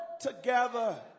together